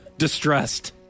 distressed